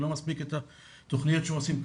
לא מספיק כל התוכניות שעושים,